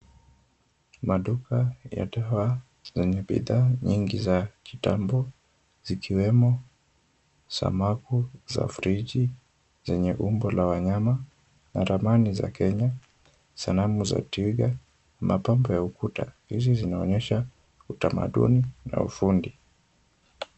Maduka ya dawa zenye bidhaa nyingi za kitambo zikiwemo samaku za friji zenye umbo la wanyama na ramani za Kenya. Sanamu za twiga na mapambo ya ukuta. Hizi zinaonyesha utamaduni na ufundi.